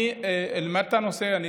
אני אלמד את הנושא.